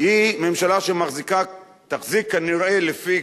היא ממשלה שתחזיק כנראה, לפי